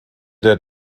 der